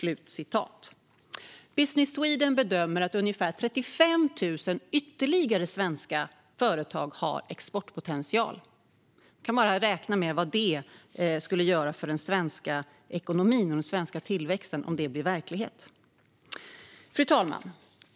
Business Sweden bedömer att ytterligare ungefär 35 000 svenska företag har exportpotential. Man kan räkna på vad det skulle göra för den svenska ekonomin och tillväxten om detta blev verklighet. Fru talman!